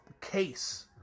case